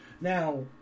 now